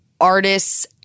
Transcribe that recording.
artists